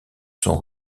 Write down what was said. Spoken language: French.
son